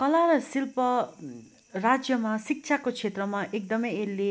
कला र शिल्प राज्यमा शिक्षाको क्षेत्रमा एकदमै यसले